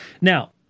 Now